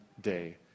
day